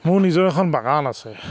মোৰ নিজৰ এখন বাগান আছে